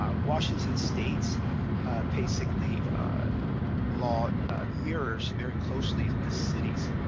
um washington state's paid sick leave law mirrors very closely the city's